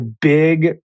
big